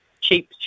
Cheap